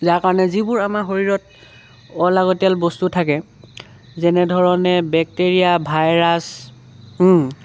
যাৰ কাৰণে যিবোৰ আমাৰ শৰীৰত অলাগতিয়াল বস্তু থাকে যেনেধৰণে বেক্টেৰিয়া ভাইৰাছ